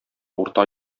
урта